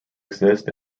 exist